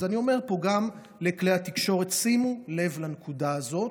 אז אני אומר פה גם לכלי התקשורת: שימו לב לנקודה הזאת.